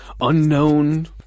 unknown